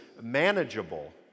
manageable